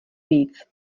víc